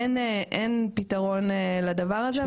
אין פתרון לדבר הזה,